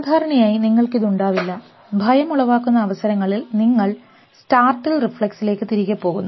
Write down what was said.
സാധാരണയായി നിങ്ങൾക്കിത് ഉണ്ടാവില്ല ഭയം ഉളവാക്കുന്ന അവസരങ്ങളിൽ നിങ്ങൾ സ്റ്റാർട്ടിൽ റിഫ്ലെക്സ് ലേക്ക് തിരികെ പോകുന്നു